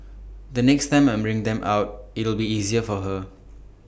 the next time I bring them out it'll be easier for her